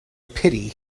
pity